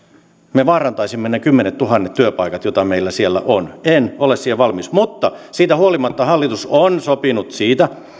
me vaarantaisimme ne kymmenettuhannet työpaikat joita meillä siellä on en ole siihen valmis mutta siitä huolimatta hallitus on sopinut siitä